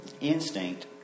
instinct